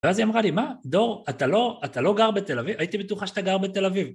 ואז היא אמרה לי, מה, דור, אתה לא גר בתל אביב? הייתי בטוחה שאתה גר בתל אביב.